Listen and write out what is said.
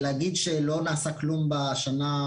להגיד שלא נעשה כלום בשנה,